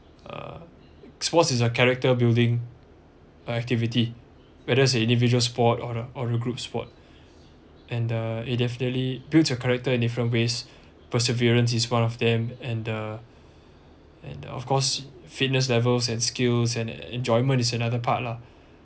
uh sports is a character building activity whether is a individual sport or a or a group sport and uh it definitely builds a character in different ways perseverance is one of them and the and the of course fitness levels and skills and enjoyment is another part lah